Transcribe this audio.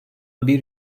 bir